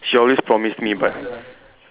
she always promise me but